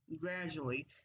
Gradually